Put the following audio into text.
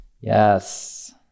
Yes